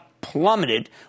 plummeted